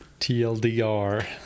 TLDR